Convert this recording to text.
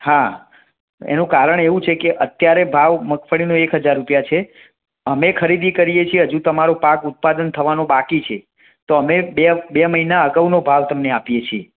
હા એનું કારણ એવું છે કે અત્યારે ભાવ મગફળીનો એક હજાર રૂપિયા છે અમે ખરીદી કરીએ છીએ હજું તમારો પાક ઉત્પાદન થવાનો બાકી છે તો અમે બે બે મહિના અગાઉનો ભાવ તમને આપીએ છીે